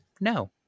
No